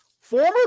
former